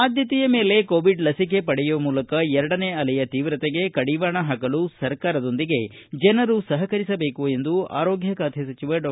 ಆದ್ಯತೆಯ ಮೇಲೆ ಕೋವಿಡ್ ಲಸಿಕೆ ಪಡೆಯುವ ಮೂಲಕ ಎರಡನೇ ಅಲೆಯ ತೀವ್ರತೆಗೆ ಕಡಿವಾಣ ಹಾಕಲು ಸರ್ಕಾರದೊಂದಿಗೆ ಜನರು ಸಹಕರಿಸಬೇಕು ಎಂದು ಆರೋಗ್ಯ ಖಾತೆ ಸಚಿವ ಡಾ